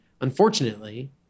unfortunately